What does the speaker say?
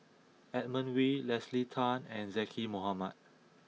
Edmund Wee Leslie Tay and Zaqy Mohamad